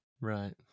Right